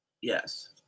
Yes